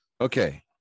Okay